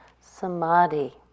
samadhi